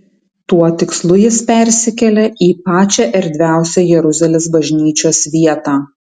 tuo tikslu jis persikėlė į pačią erdviausią jeruzalės bažnyčios vietą